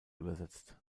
übersetzt